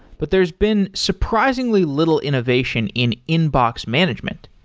but there's been surprisingly little innovation in inbox management.